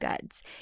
goods